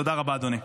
תודה רבה, אדוני.